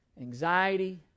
anxiety